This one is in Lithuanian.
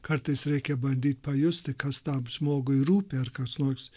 kartais reikia bandyt pajusti kas tam žmogui rūpi ar koks nors